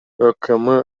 өкм